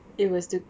it was to